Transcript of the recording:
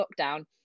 lockdown